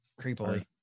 creepily